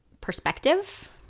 perspective